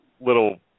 little